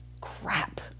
crap